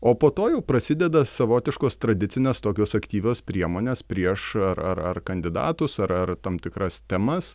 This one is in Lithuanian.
o po to jau prasideda savotiškos tradicinės tokios aktyvios priemonės prieš ar ar ar kandidatus ar ar tam tikras temas